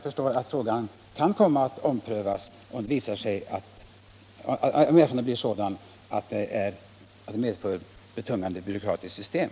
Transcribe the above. Frågan kan alltså komma att omprövas om lagens tillämpning medför ett betungande byråkratiskt system.